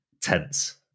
tense